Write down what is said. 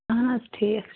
اَہَن حظ ٹھیٖک